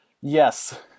Yes